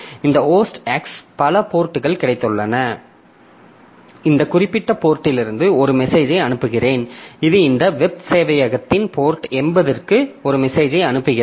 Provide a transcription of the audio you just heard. இந்த host X பல போர்ட்கள் கிடைத்துள்ளன இந்த குறிப்பிட்ட போர்ட்டிலிருந்து ஒரு மெசேஜை அனுப்புகிறேன் இது இந்த வெப் சேவையகத்தின் போர்ட் 80 க்கு ஒரு மெசேஜை அனுப்புகிறது